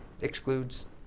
excludes